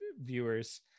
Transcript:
viewers